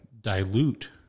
dilute